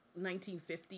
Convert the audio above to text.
1950